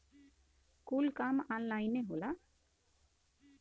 कुल काम ऑन्लाइने होला